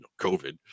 COVID